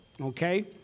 Okay